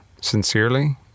Sincerely